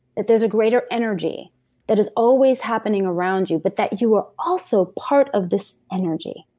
that there's a greater energy that is always happening around you, but that you are also part of this energy,